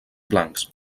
blancs